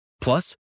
Plus